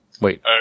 Wait